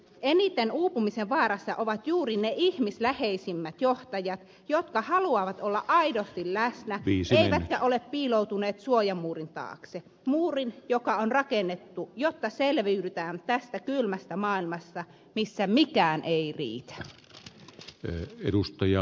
eniten uupumisen vaarassa ovat juuri ne ihmisläheisimmät johtajat jotka haluavat olla aidosti läsnä eivätkä ole piiloutuneet suojamuurin taakse muurin joka on rakennettu jotta selviydytään tästä kylmästä maailmasta missä mikään ei riitä